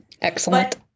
excellent